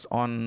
on